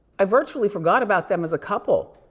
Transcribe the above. i virtually forgot about them as a couple,